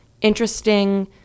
interesting